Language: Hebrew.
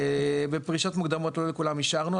בפרישות מוקדמות לא לכולם אישרנו,